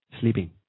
sleeping